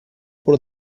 por